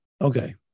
Okay